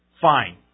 fine